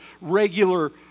regular